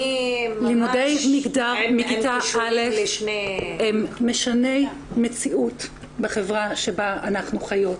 לימודי מגדר מכיתה א' הם משני מציאות בחברה שבה אנחנו חיות.